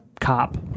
cop